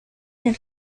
nel